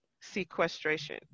sequestration